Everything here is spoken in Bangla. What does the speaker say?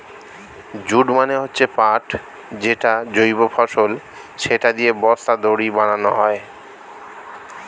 জুট মানে হচ্ছে পাট যেটা জৈব ফসল, সেটা দিয়ে বস্তা, দড়ি বানানো হয়